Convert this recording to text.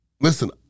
listen